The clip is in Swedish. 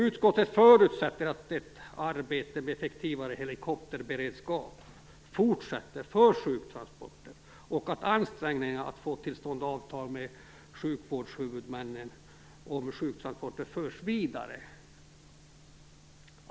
Utskottet förutsätter att arbetet med effektivare helikopterberedskap när det gäller sjuktransporter fortsätter, och att ansträngningar görs för att få till stånd avtal om sjuktransporter med sjukvårdshuvudmännen.